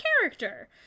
character